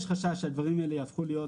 יש חשש שהדברים האלה יהפכו להיות